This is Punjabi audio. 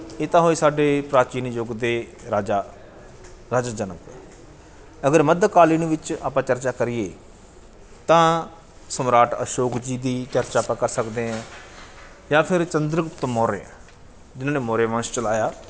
ਇਹ ਤਾਂ ਹੋਏ ਸਾਡੇ ਪ੍ਰਾਚੀਨ ਯੁੱਗ ਦੇ ਰਾਜਾ ਰਾਜਾ ਜਨਕ ਅਗਰ ਮੱਧਕਾਲੀਨ ਵਿੱਚ ਆਪਾਂ ਚਰਚਾ ਕਰੀਏ ਤਾਂ ਸਮਰਾਟ ਅਸ਼ੋਕ ਜੀ ਦੀ ਚਰਚਾ ਆਪਾਂ ਕਰ ਸਕਦੇ ਹਾਂ ਜਾਂ ਫਿਰ ਚੰਦਰਗੁਪਤ ਮੌਰੀਆ ਜਿਨ੍ਹਾਂ ਨੇ ਮੌਰੀਆ ਵੰਸ਼ ਚਲਾਇਆ